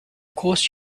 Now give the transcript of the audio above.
course